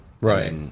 Right